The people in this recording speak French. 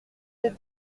êtes